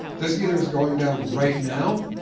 this either is going down right now,